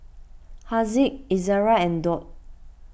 Haziq Izzara and Daud